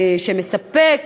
שמספק